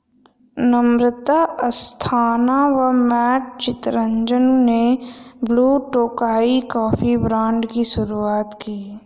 नम्रता अस्थाना व मैट चितरंजन ने Blue Tokai coffee brand की शुरुआत की